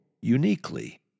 uniquely